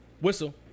Whistle